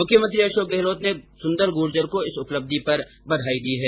मुख्यमंत्री अशोक गहलोत ने सुन्दर गुर्जर को इस उपलब्धि पर बधाई दी है